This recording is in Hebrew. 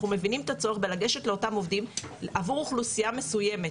אנחנו מבינים את הצורך הזה עבור אוכלוסייה מסוימת